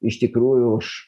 iš tikrųjų aš